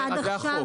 זה החוק.